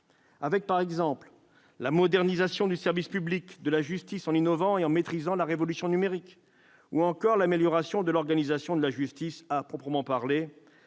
avec, par exemple, la modernisation du service public de la justice, par l'innovation et la maîtrise de la révolution numérique, ou encore l'amélioration de l'organisation de la justice à proprement parler.